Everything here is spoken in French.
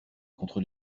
contre